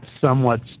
Somewhat